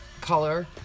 color